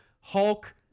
Hulk